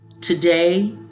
Today